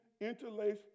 interlace